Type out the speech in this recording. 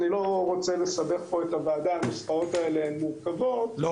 אני לא רוצה לסבך פה את הוועדה כי הנוסחאות האלה מורכבות -- אבל